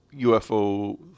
UFO